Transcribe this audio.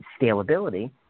scalability